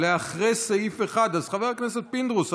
אחרי סעיף 1. אז חבר הכנסת פינדרוס,